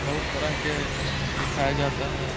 बहुत तरह के दिखाया जाता है